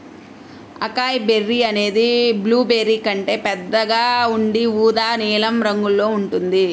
acai berry అనేది blueberry కంటే పెద్దగా ఉండి ఊదా నీలం రంగులో ఉంటుంది